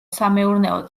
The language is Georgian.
სამეურნეო